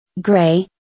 Gray